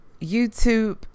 YouTube